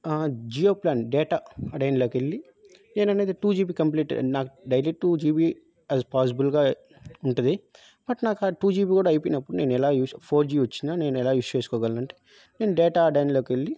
Jio plan data అడైన్లోకి వెళ్ళి నేను అనేది టూ జీబీ కంప్లీట్ నాకు డైలీ టూ జీబీ యాజ్ పాజిబుల్గా ఉంటుంది బట్ నాకు ఆ టూ జీబీ గూడా అయిపోయినప్పుడు నేను ఎలా యూజ్ ఫోర్ జీ వచ్చిన నేను ఎలా యూస్ చేసుకోగలనంటే నేను డేటా అడైన్లోకి వెళ్ళి